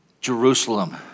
Jerusalem